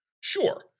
Sure